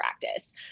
practice